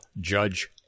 Judge